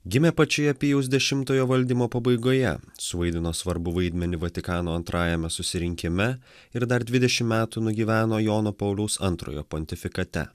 gimė pačioje pijaus dešimtojo valdymo pabaigoje suvaidino svarbų vaidmenį vatikano antrąjame susirinkime ir dar dvidešim metų nugyveno jono pauliaus antrojo pontifikate